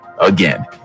again